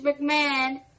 McMahon